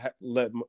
let